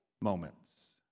moments